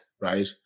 right